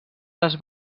les